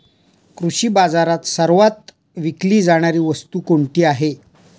कृषी बाजारात सर्वात विकली जाणारी वस्तू कोणती आहे?